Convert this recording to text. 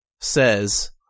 says